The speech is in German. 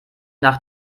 nach